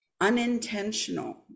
unintentional